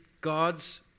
God's